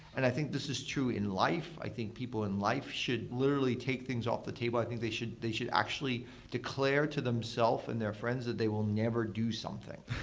and i think this is true in life. i think people in life should literally take things off the table. i think they should they should actually declare to them self and their friends that they will never do something.